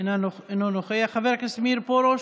אינו נוכח, חבר הכנסת מאיר פרוש,